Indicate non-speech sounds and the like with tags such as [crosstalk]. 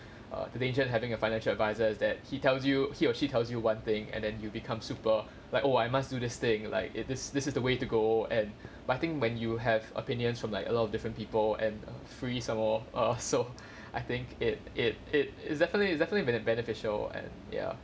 err the danger in having a financial advisor is that he tells you he or she tells you one thing and then you become super like oh I must do this thing like it this is the way to go and but I think when you have opinions from like a lot of different people and a free some more err so [laughs] I think it it it it's definitely it's definitely bene~ beneficial and ya